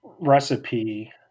recipe